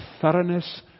thoroughness